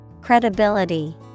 Credibility